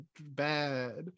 bad